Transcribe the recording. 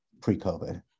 pre-COVID